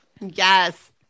yes